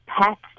pets